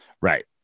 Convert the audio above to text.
Right